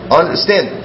understand